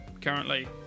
currently